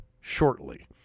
shortly